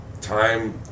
time